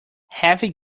heavy